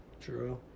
True